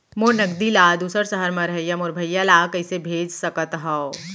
मोर नगदी ला दूसर सहर म रहइया मोर भाई ला कइसे भेज सकत हव?